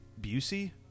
Busey